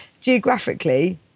geographically